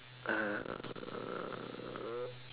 uh